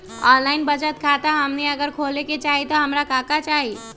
Online बचत खाता हमनी अगर खोले के चाहि त हमरा का का चाहि?